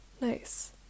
Nice